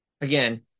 Again